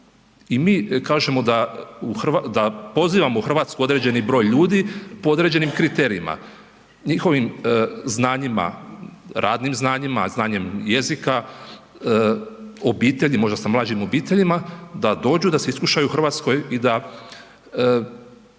i mi kažemo da, da pozivamo u RH određeni broj ljudi po određenim kriterijima, njihovim znanjima, radnim znanjima, znanjem jezika, obitelji, možda sa mlađim obiteljima da dođu, da se iskušaju u RH i da